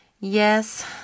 Yes